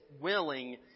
willing